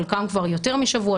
חלקן כבר יותר משבוע.